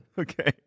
Okay